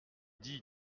dit